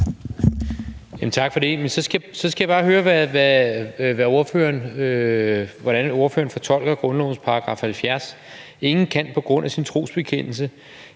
Tak for det. Så skal jeg bare høre, hvordan ordføreren fortolker grundlovens § 70: »Ingen kan på grund af sin trosbekendelse